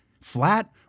flat